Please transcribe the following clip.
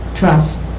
trust